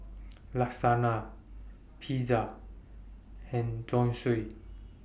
Lasagna Pizza and Zosui